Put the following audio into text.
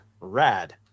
rad